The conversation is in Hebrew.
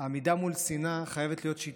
העמידה מול שנאה חייבת להיות שיטתית.